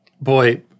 Boy